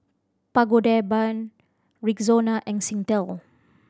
Pagoda Band Rexona and Singtel